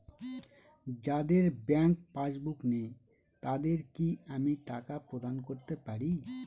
যাদের bank passbook নেই তাদের কি আমি টাকা প্রদান করতে পারি?